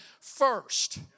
first